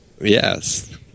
Yes